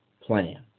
plan